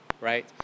right